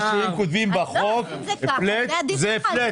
מה שהם כותבים בחוק, פלט זה פלט